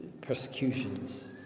persecutions